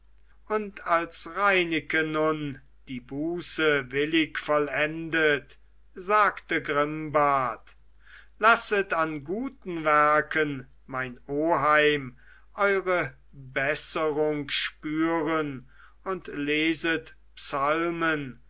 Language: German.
und als reineke nun die buße willig vollendet sagte grimbart lasset an guten werken mein oheim eure besserung spüren und leset psalmen